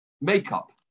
makeup